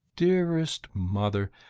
dearest mother,